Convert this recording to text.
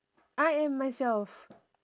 I am myself